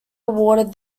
awarded